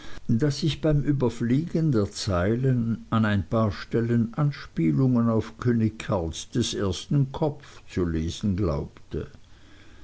daß ich beim überfliegen der zeilen an ein paar stellen anspielungen auf könig karls des ersten kopf zu lesen glaubte